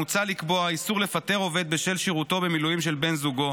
מוצע לקבוע איסור לפטר עובד בשל שירות במילואים של בן זוגו,